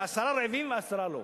כשעשרה רעבים ועשרה לא.